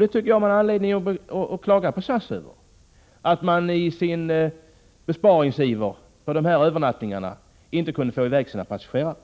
Då tycker jag man har anledning att klaga på SAS som i sin besparingsiver, på grund av dessa övernattningar, inte kunde få i väg sina passagerare.